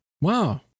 Wow